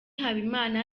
habimana